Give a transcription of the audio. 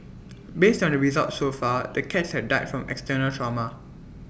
based on the results so far the cats had died from external trauma